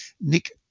Nick